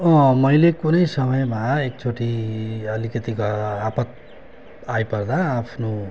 मैले कुनै समयमा एकचोटि अलिकति घ आपत आइपर्दा आफ्नो